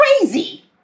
Crazy